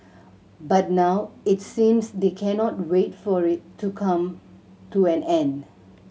but now it seems they cannot wait for it to come to an end